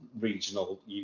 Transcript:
regional